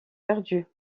perdue